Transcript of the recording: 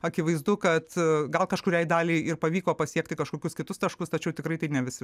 akivaizdu kad gal kažkuriai daliai ir pavyko pasiekti kažkokius kitus taškus tačiau tikrai tai ne visi